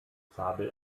zabel